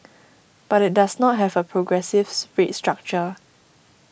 but it does not have a progressive rate structure